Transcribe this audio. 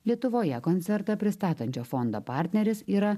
lietuvoje koncertą pristatančio fondo partneris yra